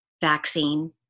vaccine